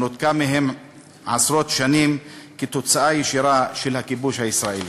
שנותקה מהם עשרות שנים כתוצאה ישירה של הכיבוש הישראלי.